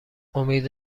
امید